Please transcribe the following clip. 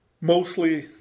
mostly